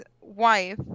wife